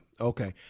okay